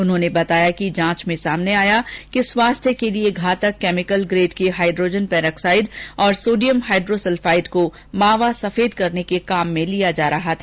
उन्होंने बताया कि जांच में सामने आया कि स्वास्थ्य के लिए घातक केमिकल ग्रेड के हाइड्रोजन परॉक्साइड और सोडियम हाइड्रोसल्फाइड को मावा सफेद करने के काम में लिया जा रहा था